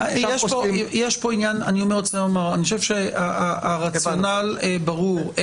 אני חושב שהרציונל ברור.